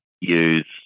use